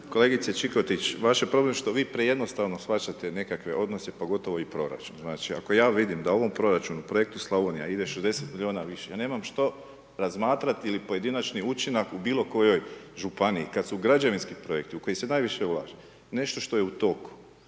Kolegice Čikotić, vaš problem je što vi prejednostavno shvaćate nekakve odnose, pogotovo i proračun. Znači, ako ja vidim da u ovom proračunu, Projektu Slavonija ide 60 milijuna više, ja nemam što razmatrati ili pojedinačni učinak u bilo kojoj županiji, kada su građevinski projekti u koje se najviše ulaže, nešto što je u toku.